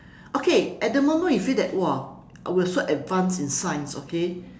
okay at the moment we feel that !wah! we are so advanced in science okay